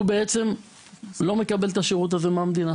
הוא בעצם לא מקבל את השירות הזה מהמדינה,